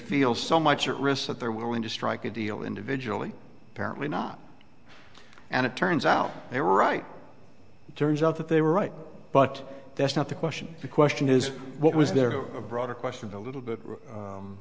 feel so much at risk that they're willing to strike a deal individually apparently not and it turns out they were right turns out that they were right but that's not the question the question is what was there a broader question a little